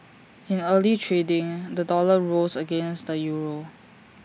in early trading the dollar rose against the euro